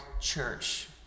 Church